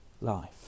life